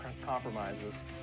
compromises